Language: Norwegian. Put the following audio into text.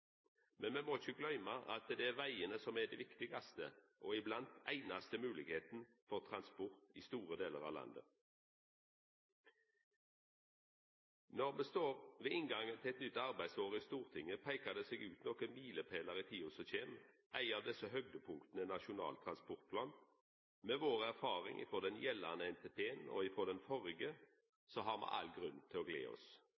Men me må ikkje gløyma at det er vegane som er den viktigaste og iblant einaste moglegheita for transport i store delar av landet. Når me står ved inngangen til eit nytt arbeidsår i Stortinget, peiker det seg ut nokre milepælar i tida som kjem. Eitt av desse høgdepunkta er Nasjonal transportplan. Med vår erfaring frå den gjeldande NTP-en og frå den